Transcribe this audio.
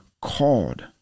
called